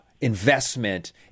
investment